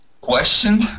question